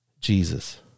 Jesus